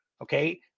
Okay